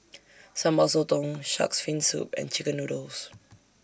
Sambal Sotong Shark's Fin Soup and Chicken Noodles